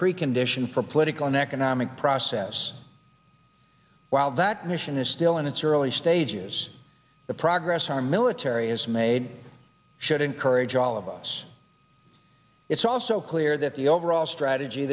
precondition for political and economic process while that mission is still in its early stages the progress our military has made should encourage all of us it's also clear that the overall strategy